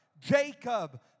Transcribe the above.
Jacob